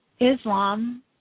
Islam